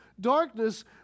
darkness